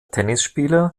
tennisspieler